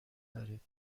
دارید